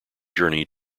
journey